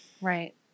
Right